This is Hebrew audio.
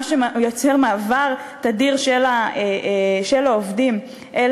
מה שמייצר מעבר תדיר של העובדים אל